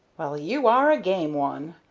well, you are a game one!